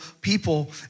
people